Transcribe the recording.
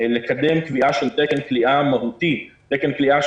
לקדם קביעה של תקן כליאה מהותי שמתחשב